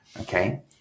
Okay